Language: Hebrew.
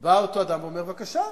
בא אותו אדם ואומר: בבקשה,